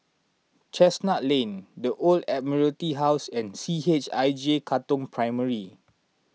Chestnut Lane the Old Admiralty House and C H I J Katong Primary